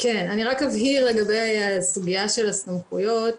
אבהיר לגבי הסוגיה של הסמכויות.